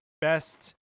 best